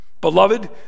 Beloved